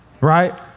Right